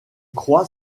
croix